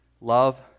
Love